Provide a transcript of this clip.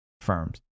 firms